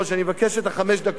אני אבקש את חמש הדקות,